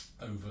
Over